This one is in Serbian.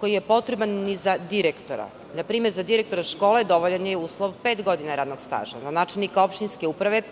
koji je potreban ni za direktora. Na primer, za direktora škole dovoljan je uslov pet godina radnog staža, za načelnika opštinske uprave